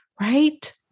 right